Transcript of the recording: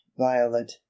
Violet